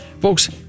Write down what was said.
folks